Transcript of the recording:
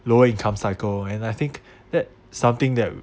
lower income cycle and I think that something that